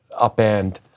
upend